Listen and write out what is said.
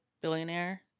billionaire